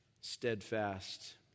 Steadfast